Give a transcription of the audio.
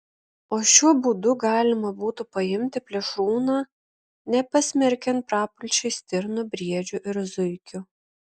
o šiuo būdu galima būtų paimti plėšrūną nepasmerkiant prapulčiai stirnų briedžių ir zuikių